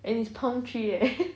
and is palm tree eh